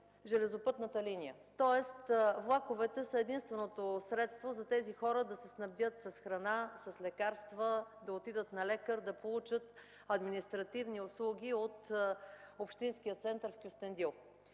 железопътната линия. Влаковете са единственото средство за хората да се снабдят с храна, с лекарства, да отидат на лекар или да получат административни услуги от общинския център в Кюстендил.